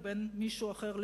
ואם מישהו אחר,